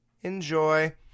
Enjoy